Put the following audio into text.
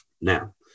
Now